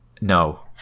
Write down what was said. No